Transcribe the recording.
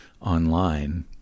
online